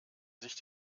sich